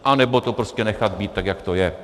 Nebo to prostě nechat být tak, jak to je.